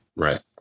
Right